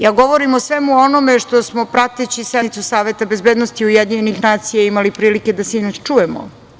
Ja govorim o svemu onome što smo prateći sednicu Saveta bezbednosti UN imali prilike da sinoć čujemo.